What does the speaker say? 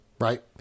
right